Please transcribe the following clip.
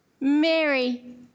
Mary